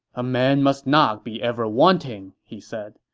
a man must not be ever wanting, he said.